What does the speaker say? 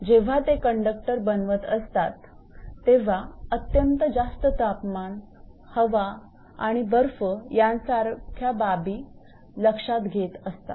जेव्हा ते कंडक्टर बनवत असतात तेव्हा अत्यंत जास्त तापमान हवा आणि बर्फ यांसारख्या बाबी लक्षात घेत असतात